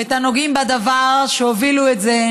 את הנוגעים בדבר שהובילו את זה,